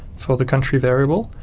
for the country variable,